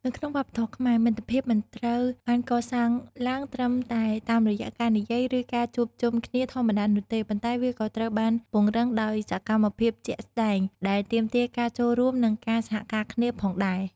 នៅក្នុងវប្បធម៌ខ្មែរ មិត្តភាពមិនត្រូវបានកសាងឡើងត្រឹមតែតាមរយៈការនិយាយឬការជួបជុំគ្នាធម្មតានោះទេ ប៉ុន្តែវាក៏ត្រូវបានពង្រឹងដោយសកម្មភាពជាក់ស្តែងដែលទាមទារការចូលរួមនិងការសហការគ្នាផងដែរ។